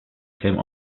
came